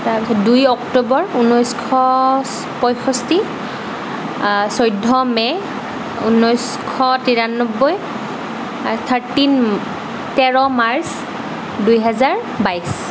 তাৰ পিছত দুই অক্টোবৰ ঊনৈছশ পয়ষষ্ঠি চৈধ্য মে' ঊনৈছশ তিৰানব্বৈ আৰু থাৰটিন তেৰ মাৰ্চ দুই হাজাৰ বাইছ